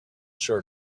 sure